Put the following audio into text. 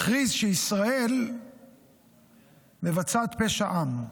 הכריז שישראל מבצעת פשע עם.